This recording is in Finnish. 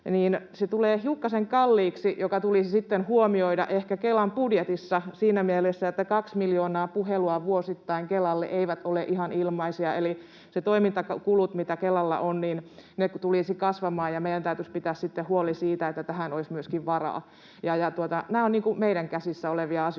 Se tulee hiukkasen kalliiksi, mikä tulisi sitten huomioida ehkä Kelan budjetissa siinä mielessä, että 2 miljoonaa puhelua vuosittain Kelalle eivät ole ihan ilmaisia. Eli ne toimintakulut, mitä Kelalla on, tulisivat kasvamaan, ja meidän täytyisi pitää sitten huoli siitä, että tähän olisi myöskin varaa. Nämä ovat meidän käsissämme olevia asioita,